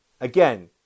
Again